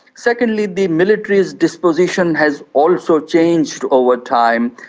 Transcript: secondly the military's disposition has also changed over time.